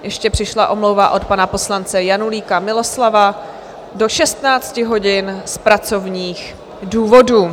Ještě přišla omluva od pana poslance Janulíka Miloslava do 16 hodin z pracovních důvodů.